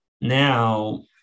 Now